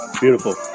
Beautiful